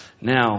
Now